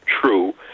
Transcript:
true